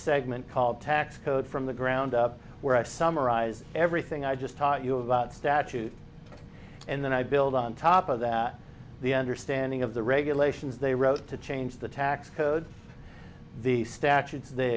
segment called tax code from the ground up where i summarized everything i just taught you about statute and then i build on top of that the understanding of the regulations they wrote to change the tax codes the statutes they